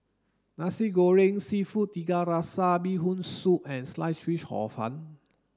nasi goreng seafood tiga rasa bee hoon soup and sliced fish hor fun